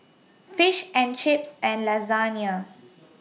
Fish and Chips and Lasagne